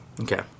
Okay